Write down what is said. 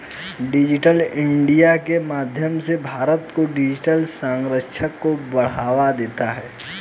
digital India के माध्यम से भारत को डिजिटल साक्षरता को बढ़ावा देना है